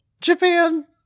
Japan